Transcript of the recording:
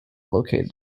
located